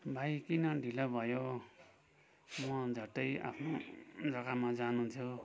भाइ किन ढिलो भयो म झट्टै आफ्नो जग्गामा जानु थियो